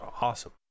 awesome